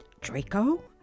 Draco